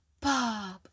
Bob